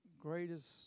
greatest